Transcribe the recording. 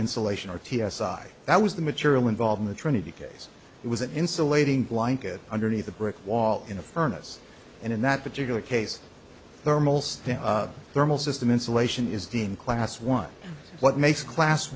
insulation or t s i that was the material involved in the trinity case it was an insulating blanket underneath the brick wall in a furnace and in that particular case thermals thermal system insulation is the in class one what makes class